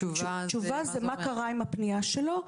תשובה זה מה קרה עם הפנייה שלו.